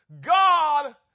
God